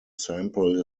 sample